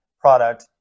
product